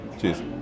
Cheers